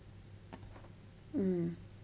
mm